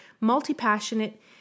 multi-passionate